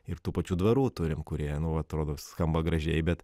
ir tų pačių dvarų turim kurie atrodo skamba gražiai bet